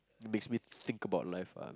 it makes me think about life lah